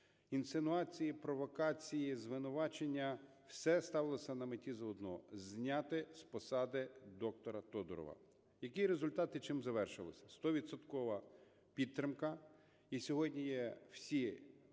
Інсинуації, провокації, звинувачення - все ставилося на меті за одно: зняти з посади доктора Тодурова. Які результати і чим завершилось? Стовідсоткова підтримка. І сьогодні є всі підстави